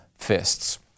fists